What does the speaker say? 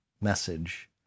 message